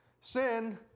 Sin